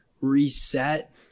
reset